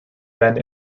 ben